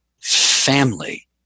family